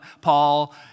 Paul